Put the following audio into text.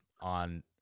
on